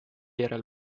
järel